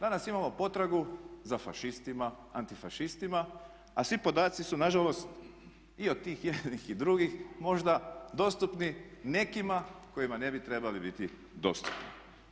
Danas imamo potragu za fašistima, antifašistima a svi podaci su nažalost i od tih jednih i drugih možda dostupni nekima kojima ne bi trebali biti dostupni.